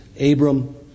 Abram